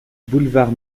boulevard